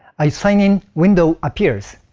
a sign in window appears.